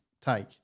take